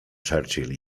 churchill